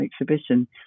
exhibition